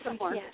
Yes